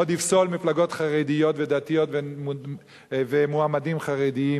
עוד יפסול מפלגות חרדיות ודתיות ומועמדים חרדים